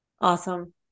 Awesome